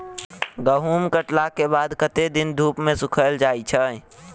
गहूम कटला केँ बाद कत्ते दिन धूप मे सूखैल जाय छै?